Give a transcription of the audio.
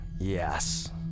yes